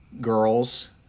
girls